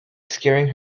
scaring